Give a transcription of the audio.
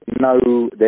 no